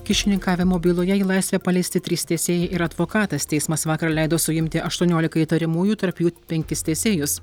kyšininkavimo byloje į laisvę paleisti trys teisėjai ir advokatas teismas vakar leido suimti aštuoniolika įtariamųjų tarp jų penkis teisėjus